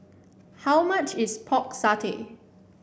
how much is Pork Satay